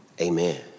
Amen